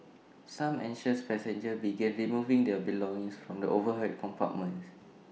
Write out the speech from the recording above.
some anxious passengers began removing their belongings from the overhead compartments